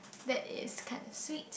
that is kinda sweet